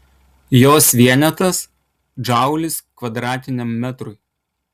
jos vienetas džaulis kvadratiniam metrui